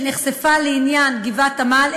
שנחשפה לעניין גבעת-עמל,